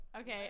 Okay